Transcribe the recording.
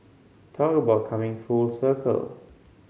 talk about coming full circle